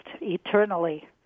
eternally